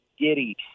giddy